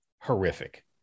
horrific